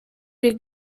wir